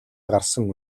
гарсан